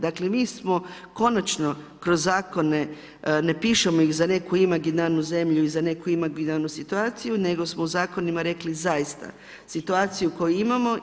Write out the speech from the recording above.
Dakle mi smo konačno kroz zakone ne pišemo ih za neku imaginarnu zemlji i za neku imaginarnu situaciju nego smo u zakonima rekli zaista situaciju koju imamo.